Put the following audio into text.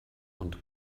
und